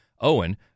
Owen